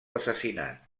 assassinat